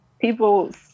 people